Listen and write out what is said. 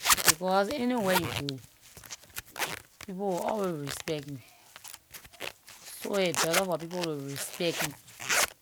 Because anywhere you go, people will always respect you. So aay better for people to respect you.